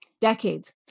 decades